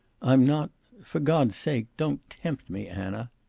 i'm not for god's sake don't tempt me, anna.